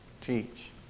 teach